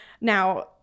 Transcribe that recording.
Now